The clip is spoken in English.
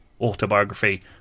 autobiography